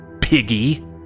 Piggy